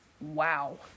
Wow